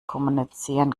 kommunizieren